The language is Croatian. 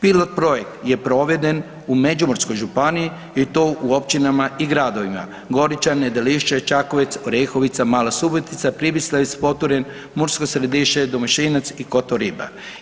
Pilot projekt je proveden u Međimurskoj županiji i to u općinama i gradovima, Goričan, Nedelišće, Čakovec, Orehovica, Mala Subotica, Pribislavec, Podturen, Mursko Središće, Domašinec i Kotoriba.